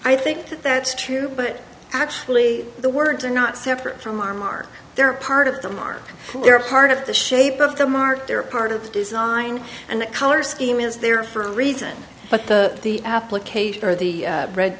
i think that's true but actually the words are not separate from our mark they're part of the mark they're part of the shape of the mark they're a part of the design and the color scheme is there for a reason but the the application or the bread